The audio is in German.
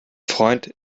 freund